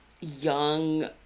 young